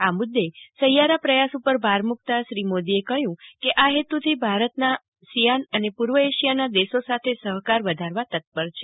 આ મુદ્દે સહિયારા પ્રયાસ ઉપર ભાર મુકતા શ્રી મોદીએ કહ્યું કે આ હેતુથી ભારત આ સિયાન અને પૂર્વ એશિયાના દેશો સાથે સહકાર વધારવા તત્પર છે